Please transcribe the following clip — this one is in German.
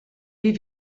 wie